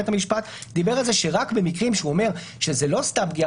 בית המשפט דיבר על זה שרק במקרים שהוא אומר שזה לא סתם פגיעה